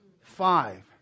Five